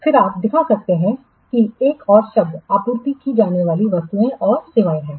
फिर आप दिखा सकते हैं कि एक और शब्द आपूर्ति की जाने वाली वस्तुएं और सेवाएं हैं